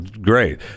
great